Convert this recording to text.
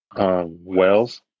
wells